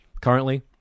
currently